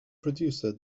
producer